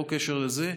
וללא קשר לזה,